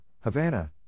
Havana